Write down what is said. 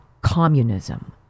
communism